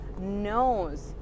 knows